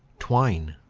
twine.